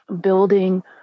building